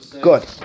good